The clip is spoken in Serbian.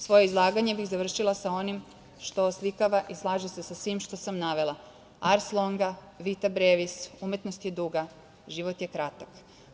Svoje izlaganje bih završila sa onim što odslikava i slaže se sa svim što sam navela „Ars longa vita brevis“, umetnost je duga, život je kratak.